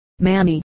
Manny